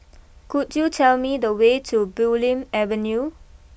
could you tell me the way to Bulim Avenue